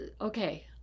okay